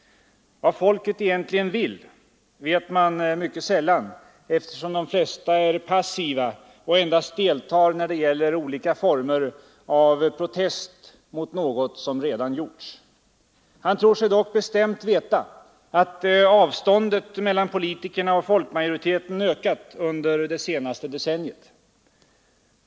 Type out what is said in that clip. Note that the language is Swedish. Vad folket egentligen vill, vet man mycket sällan, eftersom de flesta är passiva och endast deltar när det gäller olika former av protest mot något som redan gjorts.” Han tror sig dock ”bestämt veta att avståndet mellan politikerna och folkmajoriteten ökat under det senaste decenniet.